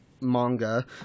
manga